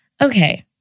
Okay